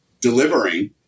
delivering